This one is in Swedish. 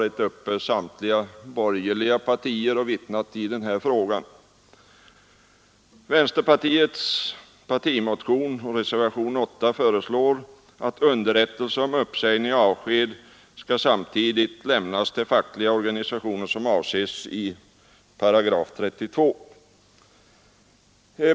I vänsterpartiet kommunisternas partimotion och i reservationen 8 föreslås att underrättelser om uppsägning och avsked skall samtidigt lämnas till facklig organisation som avses i 32 §.